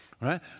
right